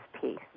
peace